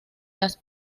las